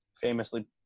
famously